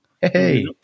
Hey